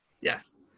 Yes